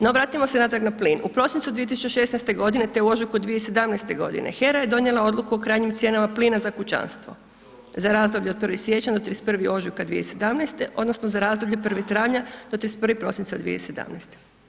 No, vratimo se natrag na plin, u prosincu 2016. godine te u ožujku 2017. godine HERA je donijela odluku o krajnjim cijenama plina za kućanstvo za razdoblje od 1. siječnja do 31. ožujka 2017. odnosno za razdoblje 1. travnja do 31. prosinca 2017.